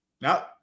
no